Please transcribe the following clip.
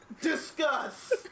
Discuss